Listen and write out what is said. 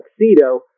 tuxedo